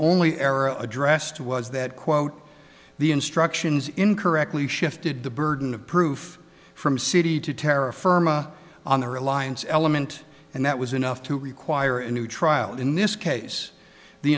only error addressed was that quote the instructions incorrectly shifted the burden of proof from city to terra firma on the reliance element and that was enough to require a new trial in this case the